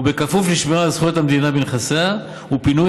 ובכפוף לשמירה על זכויות המדינה בנכסיה ופינוי